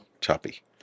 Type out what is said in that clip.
Choppy